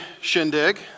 shindig